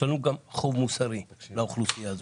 יש לנו גם חוב מוסרי לאוכלוסייה הזאת.